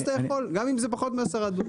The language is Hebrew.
ואז אתה כיכול, גם אם זה פחות מ-10 דונם.